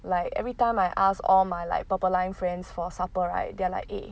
like every time I ask all my like purple line friends for supper right they are like eh